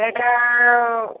ସେଇଟା